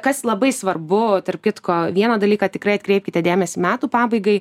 kas labai svarbu tarp kitko vieną dalyką tikrai atkreipkite dėmesį metų pabaigai